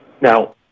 Now